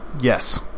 Yes